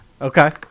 Okay